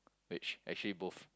which actually both